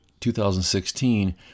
2016